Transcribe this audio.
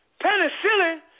Penicillin